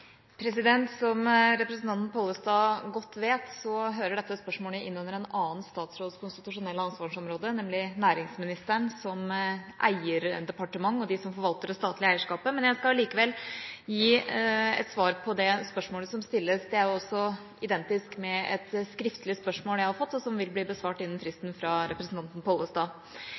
Som representanten Pollestad godt vet, hører dette spørsmålet inn under en annen statsråds konstitusjonelle ansvarsområde, nemlig næringsministerens, som eierdepartement, og som forvalter av det statlige eierskapet. Men jeg skal likevel gi et svar på det spørsmålet som stilles. Det er også identisk med et skriftlig spørsmål jeg har fått fra representanten Pollestad, og som vil bli besvart innen fristen. Det har vært klargjort både fra